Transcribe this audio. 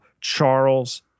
Charles